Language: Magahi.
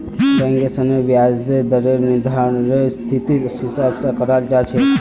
बैंकेर ऋनेर ब्याजेर दरेर निर्धानरेर स्थितिर हिसाब स कराल जा छेक